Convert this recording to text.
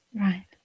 right